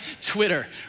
Twitter